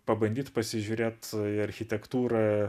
pabandyt pasižiūrėt į architektūrą